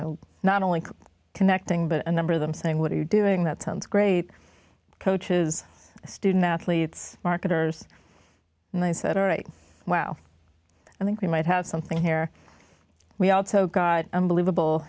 know not only connecting but a number of them saying what are you doing that sounds great coaches student athletes marketers and i said all right well i think we might have something here we also got unbelievable